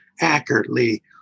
accurately